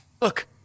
Look